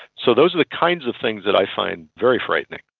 so those of the kinds of things that i find very frightening.